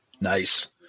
nice